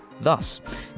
Thus